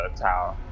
tower